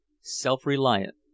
self-reliant